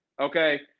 Okay